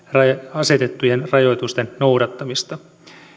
asetettujen rajoitusten noudattamista